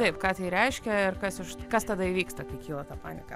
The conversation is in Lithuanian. taip ką tai reiškia ir kas už kas tada įvyksta kai kyla ta panika